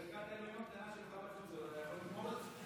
בחלקת האלוהים הקטנה שלך, אתה יכול לומר את זה?